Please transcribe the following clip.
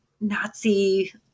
Nazi